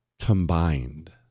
combined